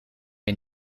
een